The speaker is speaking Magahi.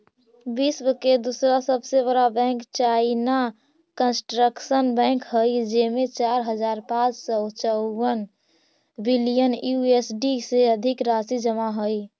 विश्व के दूसरा सबसे बड़ा बैंक चाइना कंस्ट्रक्शन बैंक हइ जेमें चार हज़ार पाँच सौ चउवन बिलियन यू.एस.डी से अधिक राशि जमा हइ